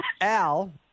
Al